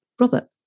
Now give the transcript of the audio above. Robert